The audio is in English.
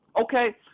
Okay